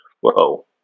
Whoa